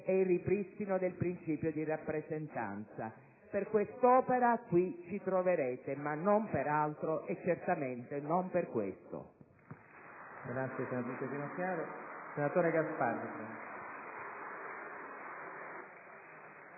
e il ripristino del principio di rappresentanza. Per questa opera qui ci troverete: ma non per altro, e certamente non per questo.